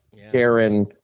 Darren –